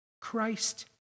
Christ